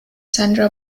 sandra